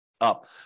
up